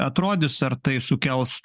atrodys ar tai sukels